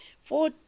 four